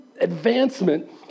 advancement